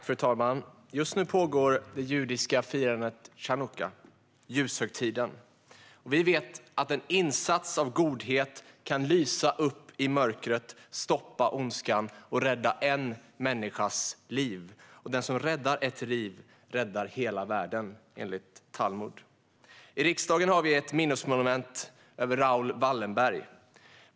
Fru talman! Just nu pågår det judiska firandet av chanukka, ljushögtiden. Vi vet att en insats av godhet kan lysa upp i mörkret, stoppa ondskan och rädda en människas liv. Den som räddar ett liv räddar hela världen, enligt Talmud. I riksdagen finns ett minnesmonument över Raoul Wallenberg.